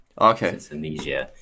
okay